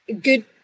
good